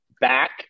back